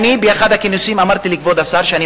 באחד הכינוסים אמרתי לכבוד השר ברוורמן,